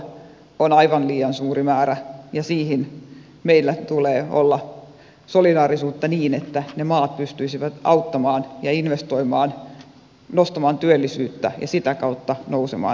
se on aivan liian suuri määrä ja siihen meillä tulee olla solidaarisuutta niin että ne maat pystyisivät auttamaan ja investoimaan nostamaan työllisyyttä ja sitä kautta nousemaan jaloilleen